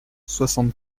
soixante